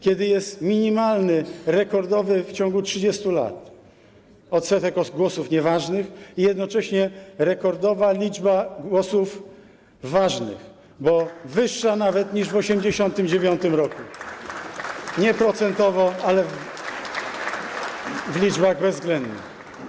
Kiedy jest minimalny, rekordowy w ciągu 30 lat odsetek głosów nieważnych i jednocześnie rekordowa liczba głosów ważnych, bo wyższa nawet niż w 1989 r. - nie procentowo, ale w liczbach bezwzględnych.